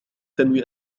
تنوي